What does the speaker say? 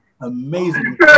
amazing